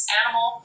animal